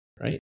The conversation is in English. right